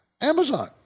Amazon